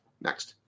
Next